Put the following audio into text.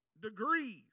Degrees